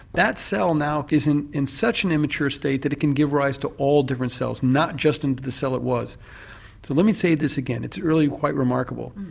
that cell now is in in such an immature state that it can give rise to all different cells, not just into the cell it was. so let me say this again, it's really quite remarkable.